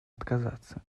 отказаться